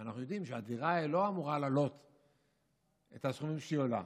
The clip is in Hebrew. אנחנו יודעים שהדירה לא אמורה לעלות את הסכומים שהיא עולה,